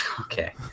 Okay